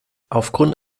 aufgrund